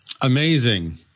Amazing